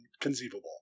conceivable